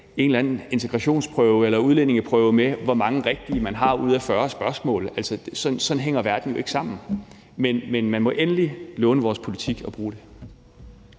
en eller anden integrationsprøve eller udlændingeprøve, i forhold til hvor mange rigtige man har ud af 40 spørgsmål. Altså, sådan hænger verden jo ikke sammen. Men man må endelig låne fra vores politik og bruge den.